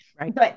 Right